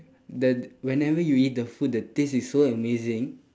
that whenever you eat the food the taste is so amazing